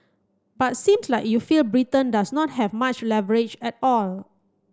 but seems like you feel Britain does not have much leverage at all